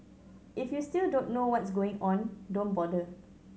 if you still don't know what's going on don't bother